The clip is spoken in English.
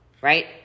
right